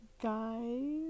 guys